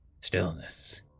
stillness